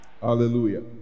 Hallelujah